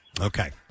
Okay